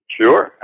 Sure